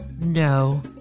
No